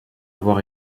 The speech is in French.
avoir